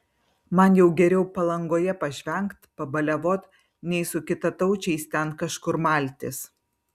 man jau geriau palangoje pažvengt pabaliavot nei su kitataučiais ten kažkur maltis